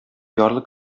ярлы